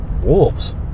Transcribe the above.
wolves